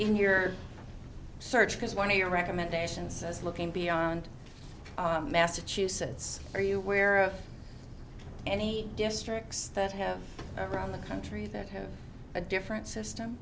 in your search because one of your recommendations says looking beyond our massachusetts are you aware of any districts that have around the country that have a different system